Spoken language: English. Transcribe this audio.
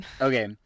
Okay